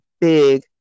big